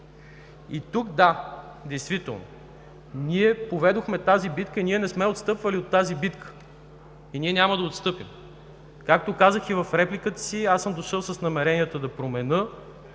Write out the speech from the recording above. Да, действително ние поведохме тази битка. Ние не сме отстъпвали от тази битка и няма да отстъпим. Както казах и в репликата си, аз съм дошъл с намеренията си да променя